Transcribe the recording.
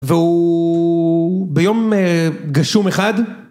והוא... ביום גשום אחד.